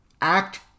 act